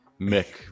Mick